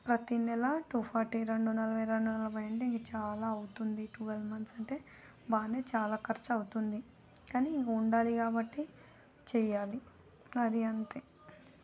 ప్రతి నెల two forty రెండు నలభై రెండు నలభై అంటే ఇంకా చాలా అవుతుంది ట్వల్ మంత్స్ అంటే బాగానే చాలా ఖర్చవుతుంది కానీ ఉండాలి కాబట్టి చెయ్యాలి అది అంతే